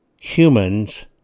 humans